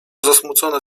zasmucone